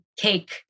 cake